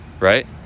Right